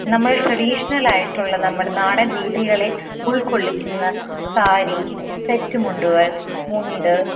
നമ്മള് ട്രെടീഷ്ണല് ആയിട്ടുള്ള നമ്മുടെ നാടന് രീതികളെ ഉള്ക്കൊള്ളിക്കുന്ന സാരി സെറ്റ് മുണ്ട്കള് മുണ്ട്